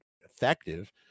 effective